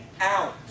out